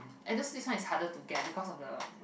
and just this one is harder to get because of the